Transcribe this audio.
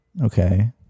Okay